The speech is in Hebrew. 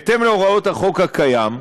בהתאם להוראות החוק הקיים,